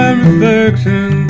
reflection